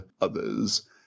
others